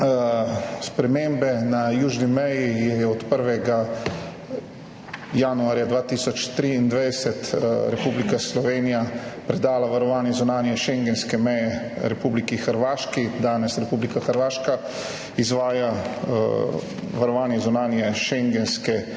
spremembe na južni meji, je od 1. januarja 2023 Republika Slovenija predala varovanje zunanje šengenske meje Republiki Hrvaški. Danes Republika Hrvaška izvaja varovanje zunanje šengenske meje,